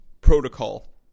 protocol